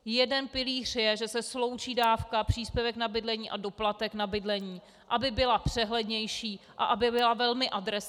Jeden pilíř je, že se sloučí dávka, příspěvek na bydlení a doplatek na bydlení, aby byla přehlednější a aby byla velmi adresná.